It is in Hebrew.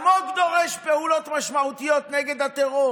ואלמוג דורש פעולות משמעותיות נגד הטרור.